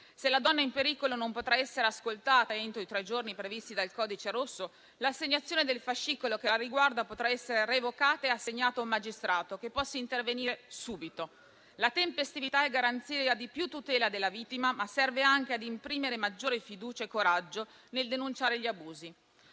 Se la donna in pericolo non potrà essere ascoltata entro i tre giorni previsti dal codice rosso, l'assegnazione del fascicolo che la riguarda potrà essere revocata e assegnata ad un magistrato che possa intervenire subito. La tempestività è garanzia di più tutela della vittima, ma serve anche a imprimere maggiore fiducia e coraggio nel denunciare gli abusi.